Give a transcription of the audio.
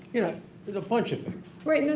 you know the the bunch of things. right. no,